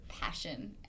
passion